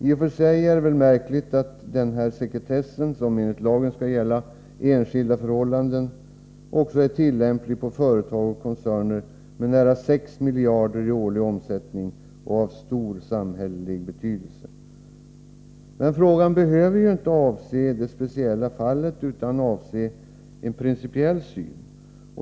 I och för sig är det väl märkligt att sekretessen, som enligt lagen skall gälla enskildas förhållanden, också är tillämplig på företag och koncerner med nära 6 miljarder kronor i årlig omsättning och av stor samhällelig betydelse. Den frågan behöver ju inte avse det speciella fallet utan en principiell syn.